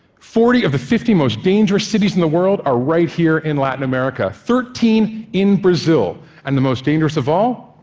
forty of the fifty most dangerous cities in the world are right here in latin america, thirteen in brazil, and the most dangerous of all,